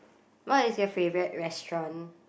what is your favourite restaurant